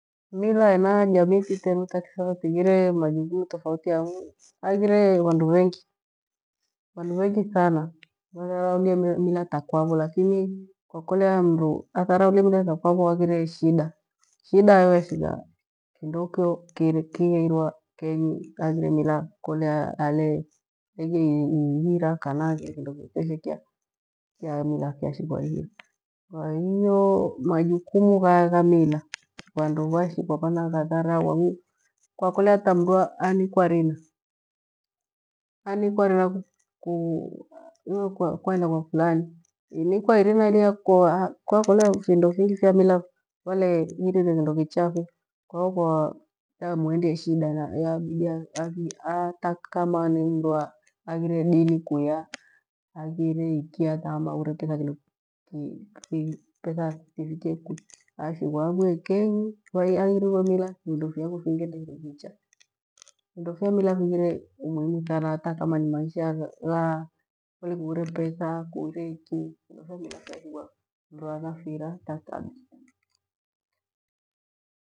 Mila hena jamii iti teru ta kithatha tighire majukumu, hang'u haghire vandu vengi thana vatharaulie mila tu kwave lakini kwakolea mru atharaulie mila tu kwavo haghire shida. Shida yo yashigha kindokyo kighehirwa keni hena mila haghire mila kole alelengerie ihira kana haghire kindo kyokyoshe kyashighwa ihira, kwa hiyo majukumu ghamila vandu vashigwa vanaghatharau, hang'u kwa kole hata mru anikwa rina, anikwa rina kuiwe kwailaghwa furani inikwa inna liya kwaku haghire vindo fingi. Valehirire kindo kicha fyo kwa hiyo yamuendieshida yabidi atakoma ni mru aghire dini kuya angire iki hata kama aghire petha kifikie kwi ashigwa avivie kinyi ahirirwe mila findo fyakwe fighende kindo kicha. Vindo va mila vighire umuhimu thana, hata kama ni maisha gha kole kuure petha, kuure iki vindo vya mila vyashigwa mru anafira hata kadu.